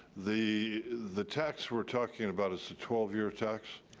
the the tax we're talking about, it's a twelve year tax.